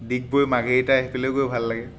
ডিগবৈ মাৰ্ঘেৰিটা সেইফালেও গৈ ভাল লাগে